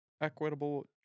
equitable